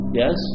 yes